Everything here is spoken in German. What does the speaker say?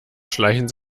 schleichen